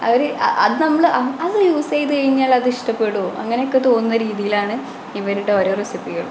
അവർ അത് നമ്മൾ അ അത് യൂസ് ചെയ്ത് കഴിഞ്ഞാലതിഷ്ടപ്പെടുമോ അങ്ങനെയൊക്കെ തോന്നുന്ന രീതിയിലാണ് ഇവരുടെ ഓരോ റെസിപ്പികളും